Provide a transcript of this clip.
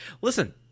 listen